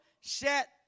set